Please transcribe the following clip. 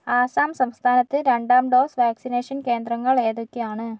ആസാം സംസ്ഥാനത്ത് രണ്ടാം dose vaccination കേന്ദ്രങ്ങൾ ഏതൊക്കെയാണ്